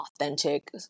authentic